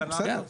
בסדר.